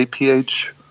APH